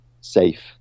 safe